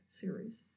series